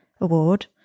Award